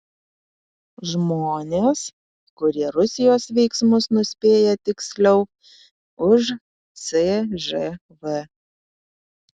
žmonės kurie rusijos veiksmus nuspėja tiksliau už cžv